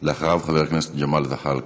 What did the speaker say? אחריו, חבר הכנסת ג'מאל זחאלקה.